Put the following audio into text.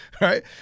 right